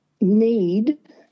need